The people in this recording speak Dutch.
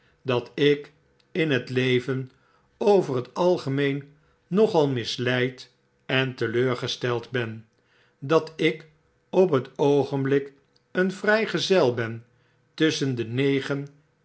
dat ik in het leven over het algemeen nogal misleid en teleurgesteld ben dat ik op het oogenblik een vrijgezel ben tusschen de